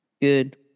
Good